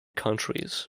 countries